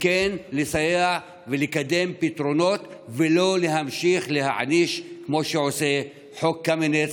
וכן לסייע ולקדם פתרונות ולא להמשיך להעניש כמו שעושה חוק קמיניץ,